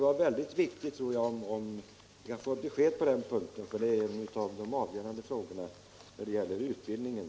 Men det är väldigt viktigt att få ett besked på den punkten, som är en av de avgörande när det gäller utbildningen.